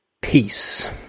Peace